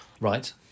Right